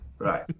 Right